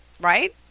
Right